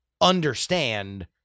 understand